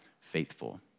faithful